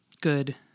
good